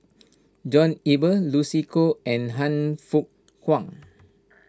John Eber Lucy Koh and Han Fook Kwang